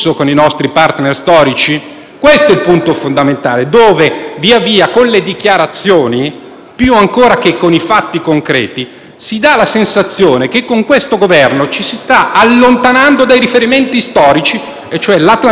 più ancora che con i fatti concreti, si dà la sensazione che con l'attuale Governo ci si stia allontanando dai riferimenti storici e cioè dall'atlantismo e dall'europeismo. Noi, dall'opposizione, non lo permetteremo.